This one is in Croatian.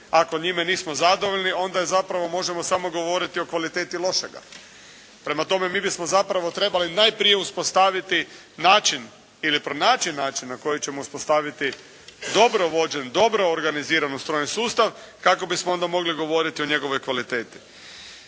ako njime nismo zadovoljni onda zapravo možemo govoriti o kvaliteti lošega. Mi bismo najprije trebali uspostaviti način ili pronaći način na koji ćemo uspostaviti dobro vođen, dobro organiziran ustrojen sustav kako bismo mogli govoriti o njegovoj kvaliteti.